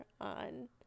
on